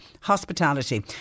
Hospitality